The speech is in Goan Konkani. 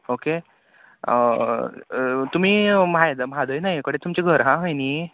ओके तुमी म्हाय म्हादय न्हंये कडेन तुमचें घर हा खंय न्ही